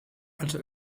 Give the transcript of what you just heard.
als